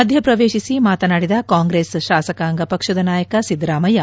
ಮಧ್ಯೆ ಪ್ರವೇಶಿಸಿ ಮಾತನಾದಿದ ಕಾಂಗ್ರೆಸ್ ಶಾಸಕಾಂಗ ಪಕ್ಷದ ನಾಯಕ ಸಿದ್ದರಾಮಯ್ಯ